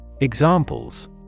Examples